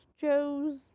Joe's